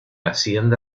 hacienda